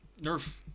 Nerf